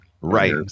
Right